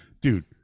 dude